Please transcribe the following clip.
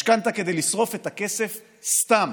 משכנתה כדי לשרוף את הכסף סתם,